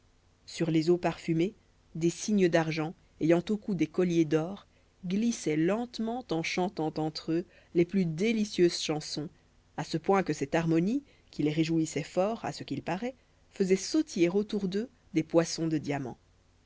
sur les eaux parfumées des cygnes d'argent ayant au cou des colliers d'or glissaient lentement en chantant entre eux les plus délicieuses chansons à ce point que cette harmonie qui les réjouissait fort à ce qu'il paraît faisait sautiller autour d'eux des poissons de diamant